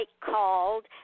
called